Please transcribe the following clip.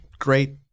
Great